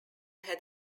had